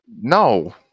No